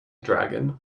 dragon